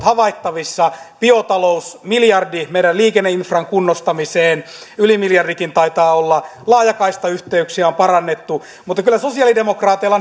havaittavissa biotalous miljardi meidän liikenneinfran kunnostamiseen ylikin miljardi taitaa olla laajakaistayhteyksiä on parannettu mutta kyllä sosiaalidemokraateilla